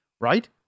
right